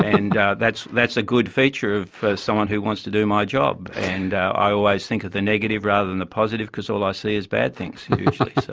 and that's that's a good feature for someone who wants to do my job. and i always think of the negative rather than the positive because all i see is bad things usually, so